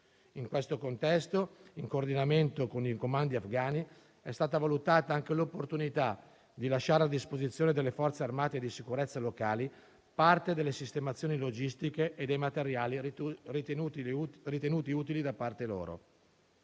In questo contesto, in coordinamento con i comandi afghani, è stata valutata anche l'opportunità di lasciare a disposizione delle forze armate e di sicurezza locali parte delle sistemazioni logistiche e dei materiali ritenuti utili da parte loro.